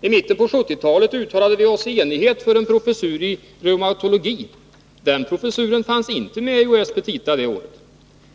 I mitten av 1970-talet uttalade vi oss i enighet för en professur i reumatologi. Den professuren fanns inte med i UHÄ:s petita det året.